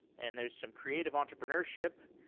and there's some creative entrepreneurship.